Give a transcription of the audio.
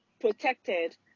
protected